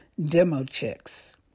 DemoChicks